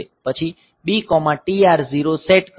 પછી B TR0 set કરો